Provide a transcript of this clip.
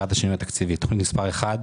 תוכנית מספר 1: